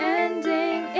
ending